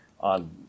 on